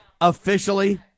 officially